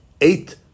eight